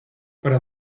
para